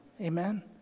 Amen